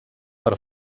per